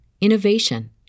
innovation